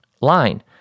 line